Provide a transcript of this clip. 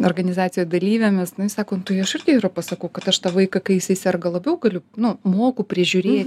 organizacijoj dalyvėmis nu ji sako nu tai aš irgi yra pasakau kad aš tą vaiką kai jisai serga labiau galiu nu moku prižiūrėt